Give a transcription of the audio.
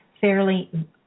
fairly